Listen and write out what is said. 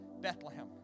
Bethlehem